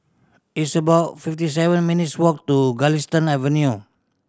it's about fifty seven minutes' walk to Galistan Avenue